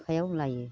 आखायाव लायो